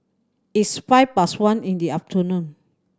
its five past one in the afternoon